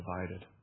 divided